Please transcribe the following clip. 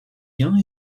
gains